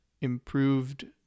improved